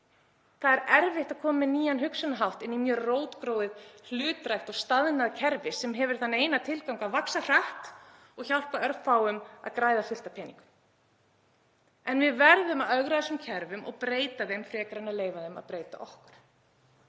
Það er erfitt að koma með nýjan hugsunarhátt í mjög rótgróið, hlutdrægt og staðnað kerfi sem hefur þann eina tilgang að vaxa hratt og hjálpa örfáum að græða fullt af peningum. En við verðum að ögra þessum kerfum og breyta þeim frekar en að leyfa þeim að breyta okkur.